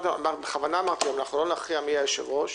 בכוונה אמרתי שהיום לא נכריע מי יהיה היושב-ראש